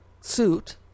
suit